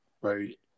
right